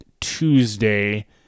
Tuesday